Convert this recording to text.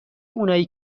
اونایی